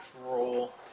roll